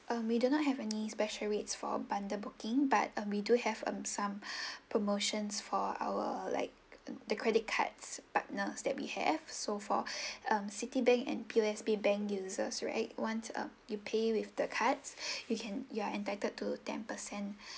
um we do not have any special rates for bundle booking but uh we do have um some promotions for our like the credit cards partners that we have so for um citibank and P_O_S_B bank users right once ah you pay with the cards you can you are entitled to ten percent